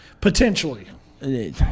Potentially